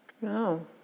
No